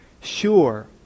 sure